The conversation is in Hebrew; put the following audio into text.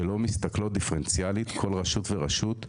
שלא מסתכלות דיפרנציאלית כל רשות ורשות,